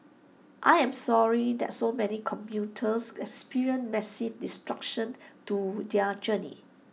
I am sorry that so many commuters experienced massive disruptions to their journeys